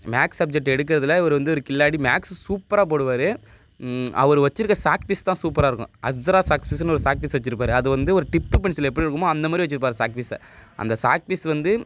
maths subject எடுக்கறதில் இவர் வந்து ஒரு கில்லாடி மேக்ஸு சூப்பராக போடுவார் அவரு வச்சிருக்க சாக்பீஸ் தான் சூப்பராக இருக்கும் அஸ்ப்ஸரா சாக்ஸ்பீஸுன்னு ஒரு சாக்பீஸ் வச்சிருப்பாரு அது வந்து ஒரு டிப்பு பென்சில் எப்படி இருக்குமோ அந்த மாதிரி வச்சிருப்பாரு சாக்பீஸை அந்த சாக்பீஸ் வந்து